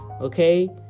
Okay